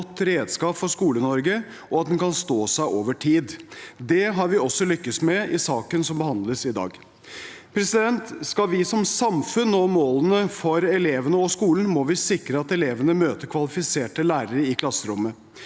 redskap for Skole-Norge, og at den kan stå seg over tid. Det har vi også lyktes med i saken som behandles i dag. Skal vi som samfunn nå målene for elevene og skolen, må vi sikre at elevene møter kvalifiserte lærere i klasserommet.